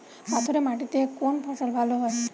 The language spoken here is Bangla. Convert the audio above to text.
পাথরে মাটিতে কোন ফসল ভালো হয়?